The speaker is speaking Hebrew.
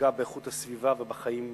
תפגע באיכות הסביבה ובחיים.